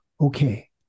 okay